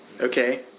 okay